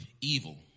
evil